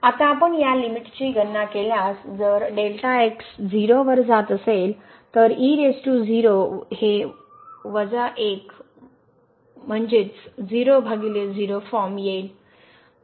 आता आपण या लिमिटची गणना केल्यास 0 वर जात असेल तर 1वजा 1 म्हणजेच फॉर्म येईल